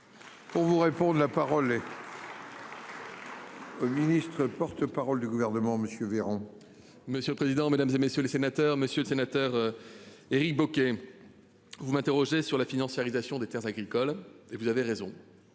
Pour vous répondre. La parole est. Le ministre porte-parole du gouvernement, monsieur Véran. Monsieur le président, Mesdames, et messieurs les sénateurs, monsieur le sénateur. Éric Bocquet. Vous m'interrogez sur la financiarisation des Terres agricoles et vous avez raison.